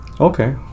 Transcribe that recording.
Okay